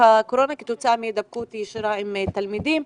הקורונה כתוצאה מהידבקות שיירה מתלמידים.